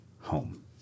home